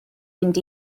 mynd